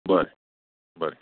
बरें बरें